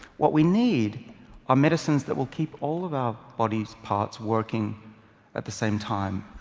what we need are medicines that will keep all of our body parts working at the same time.